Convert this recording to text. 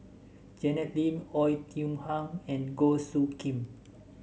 Janet Lim Oei Tiong Ham and Goh Soo Khim